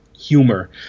humor